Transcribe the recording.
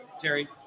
Terry